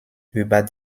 über